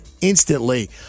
instantly